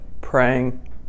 Praying